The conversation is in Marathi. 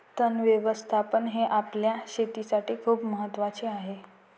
तण व्यवस्थापन हे आपल्या शेतीसाठी खूप महत्वाचे आहे